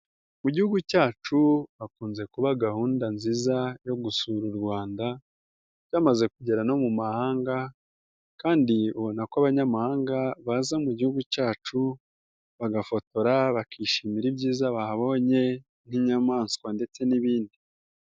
Mu gihugu cyacu hakunze kuba gahunda nziza yo gusura u Rwanda, byamaze kugera no mu mahanga, kandi ubona ko abanyamahanga baza mu gihugu cyacu bagafotora, bakishimira ibyiza bahabonye nk'inyamaswa ndetse n'ibindi.